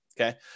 Okay